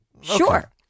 Sure